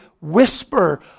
whisper